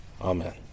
Amen